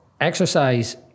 Exercise